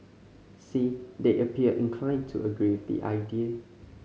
see they appear inclined to agree with the idea